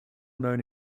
known